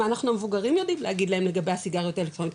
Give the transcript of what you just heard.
מה אנחנו המבוגרים יודעים לגבי הסיגריות האלקטרוניות,